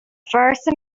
first